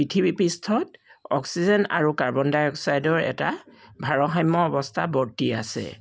পৃথিৱীপৃষ্ঠত oxygen আৰু carbon ডাই অক্সাইডৰ এটা ভাৰসাম্য অৱস্থা বৰ্তি আছে